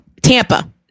Tampa